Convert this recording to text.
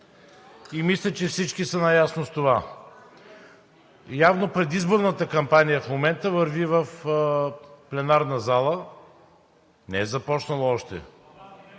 и мисля, че всички са наясно с това. Явно предизборната кампания в момента върви в пленарната зала, не е започнала още,